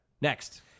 Next